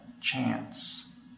chance